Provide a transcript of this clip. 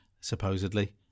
Supposedly